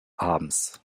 abends